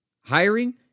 Hiring